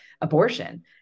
abortion